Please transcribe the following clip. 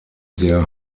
der